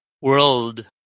world